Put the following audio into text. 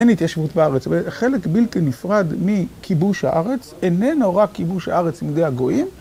אין התיישבות בארץ, אבל חלק בלתי נפרד מכיבוש הארץ איננו רק כיבוש הארץ מידי הגויים.